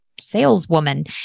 saleswoman